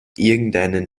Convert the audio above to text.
irgendeinen